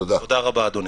תודה רבה, אדוני.